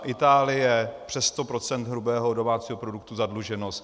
Itálie přes 100 % hrubého domácího produktu zadluženost.